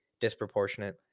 disproportionate